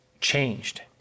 changed